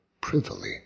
privily